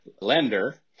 lender